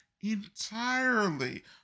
entirely